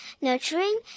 nurturing